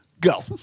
Go